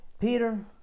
Peter